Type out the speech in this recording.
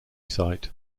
site